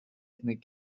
rhedeg